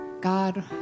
God